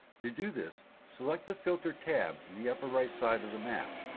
to do this, select the filter tab in the upper right side of the map.